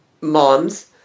moms